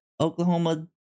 Oklahoma